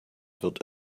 wird